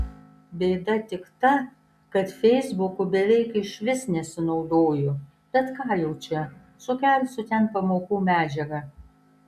bėda tik ta kad feisbuku beveik išvis nesinaudoju bet ką jau čia sukelsiu ten pamokų medžiagą